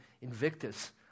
Invictus